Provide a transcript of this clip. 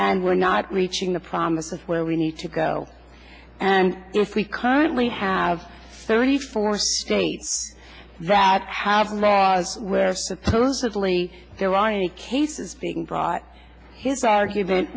and we're not reaching the promise of where we need to go and if we currently have thirty four states that have laws where supposedly there aren't any cases being brought his argument